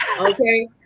Okay